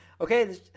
Okay